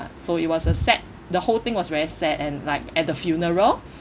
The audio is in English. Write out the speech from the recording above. so it was a sad the whole thing was very sad and like at the funeral